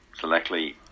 selectly